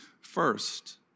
first